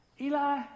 Eli